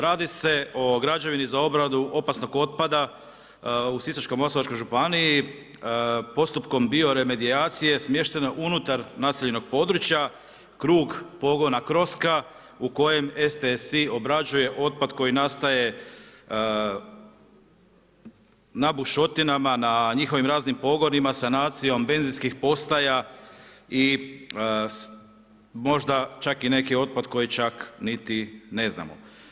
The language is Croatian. Radi se o građevini za obradu opasnog otpada u Sisačko-moslavačkoj županiji, postupkom bioremedijacije smještene unutar naseljenog područja, krug pogona Kroska u kojem STSI obrađuje otpad koji nastaje na bušotinama, na njihovim raznim pogonima sanacijom benzinskih postaja i možda čak i neki otpad koji čak niti ne znamo.